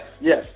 yes